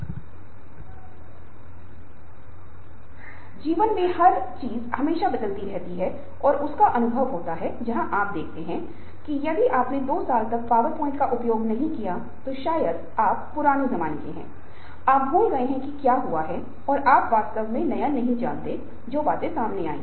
पहले आप भूख प्यास सेक्स इत्यादि जैसे शारीरिक आवश्यकताओं की आवश्यकता को पूरा करेंगे फिर आप घर की सुरक्षा और सुरक्षा की जरूरतों को पूरा करेंगे जैसे कि एक अच्छे सामुदायिक क्षेत्र में रहना फिर आप अपनेपन और प्यार की जरूरतों को पूरा करेंगे जहां वह प्यार दे सकता है और प्यार प्राप्त कर सकता है तो आप योग्यता के माध्यम से कौशल ज्ञान और रवैया रखने और दूसरों से मान्यता प्राप्त करने के लिए आत्म मूल्य की जरूरतों को पूरा करेंगे और अंत में आप आत्म बोध की जरूरतों को पूरा करेंगे